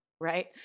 right